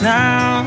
now